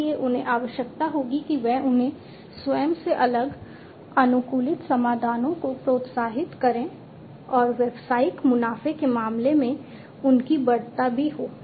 इसलिए उन्हें आवश्यकता होगी कि वे अपने स्वयं के अलग अनुकूलित समाधानों को प्रोत्साहित करें और व्यावसायिक मुनाफे के मामले में उनकी बढ़त भी हो